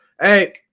Hey